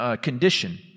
condition